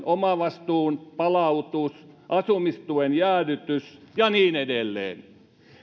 omavastuun palautus asumistuen jäädytys ja niin edelleen